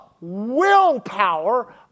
willpower